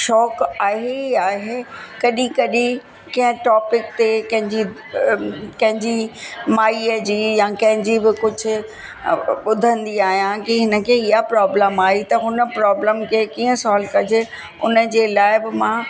शौक़ु आहे ई आहे कॾहिं कॾहिं कंहिं टॉपिक ते कंहिंजी कंहिंजी कंहिंजी माईअ जी या कंहिंजी बि कुझु ॿुधंदी आहियां कि हिनखे इहा प्रॉब्लम आई त हुन प्रॉब्लम खे कीअं सॉल्व कजे हुनजे लाइ बि मां